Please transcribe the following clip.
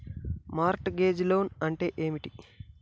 Mart gauge loan అంటే ఏమిటి?